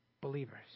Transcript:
believers